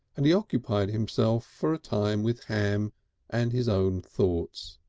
and he occupied himself for a time with ham and his own thoughts.